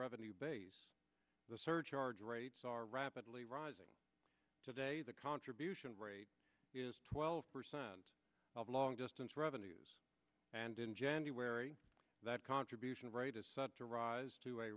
revenue base the surcharge rates are rapidly rising today the contribution rate is twelve percent of long distance revenues and in january that contribution rate is set to rise to a